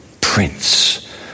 prince